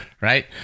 right